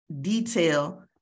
detail